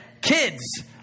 kids